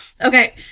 Okay